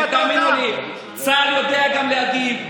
ותאמינו לי, צה"ל יודע גם להגיב.